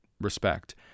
respect